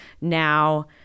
now